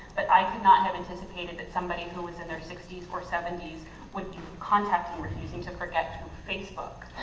but i could not have anticipated that somebody who was in their sixty s or seventy s would be contacting refusing to forget through facebook.